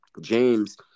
James